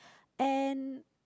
and